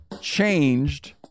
changed